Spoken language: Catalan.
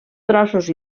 trossos